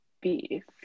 Beef